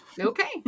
Okay